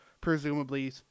Presumably